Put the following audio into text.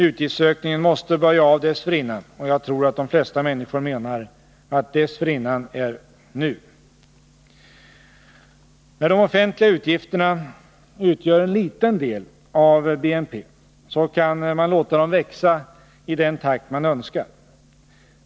Utgiftsökningen måste böja av dessförinnan. Jag tror att de flesta människor menar att ”dessförinnan” är ungefär nu. När de offentliga utgifterna utgör en liten del av BNP kan man låta dem växa i den takt man önskar.